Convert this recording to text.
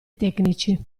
tecnici